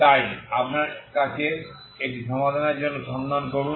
তাই একবার আপনার কাছে এটি সমাধানের জন্য সন্ধান করুন